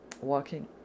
walking